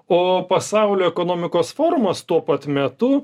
o pasaulio ekonomikos forumas tuo pat metu